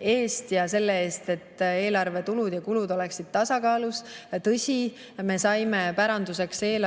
eest ja selle eest, et eelarve tulud ja kulud oleksid tasakaalus. Tõsi, me saime päranduseks eelarve,